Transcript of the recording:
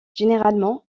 généralement